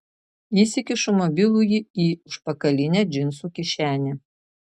įsikišu mobilųjį į užpakalinę džinsų kišenę